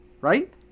right